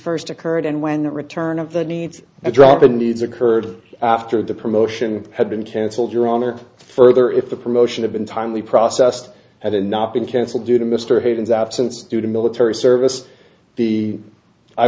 first occurred and when return of the needs a drop in needs occurred after the promotion had been cancelled your honor further if the promotion have been timely processed had it not been cancelled due to mr hayden's absence due to military service the i